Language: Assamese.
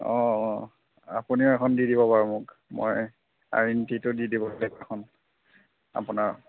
অঁ অঁ আপুনিও এখন দি দিব বাৰু মোক মই আইডেণ্টিটিটো দি দিব বেলেগ এখন আপোনাৰ